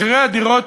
מחירי הדירות,